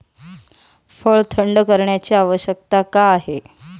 फळ थंड करण्याची आवश्यकता का आहे?